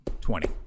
twenty